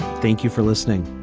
thank you for listening